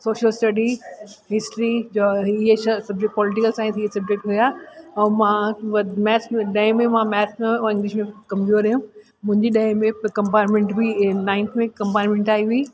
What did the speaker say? social study history जो इहे सभु पॉलीटिकल साईंस इहे सब्जेक्ट हुआ ऐं मां वधि मैथ्स ॾहें में मां मैथ्स में ऐं इंग्लिश में कमज़ोर हुअमि मुंहिंजी ॾहें में कमाटमेंट बि नाइंथ में कमपाटमेंट आई हुई